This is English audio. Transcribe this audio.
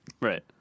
right